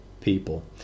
people